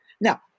Now